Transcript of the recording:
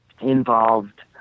involved